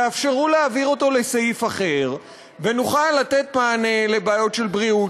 תאפשרו להעביר אותו לסעיף אחר ונוכל לתת מענה לבעיות של בריאות,